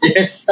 Yes